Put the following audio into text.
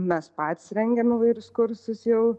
mes patys rengiam įvairius kursus jau